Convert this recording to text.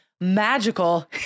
magical